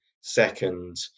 second